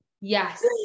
Yes